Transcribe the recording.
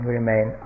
remain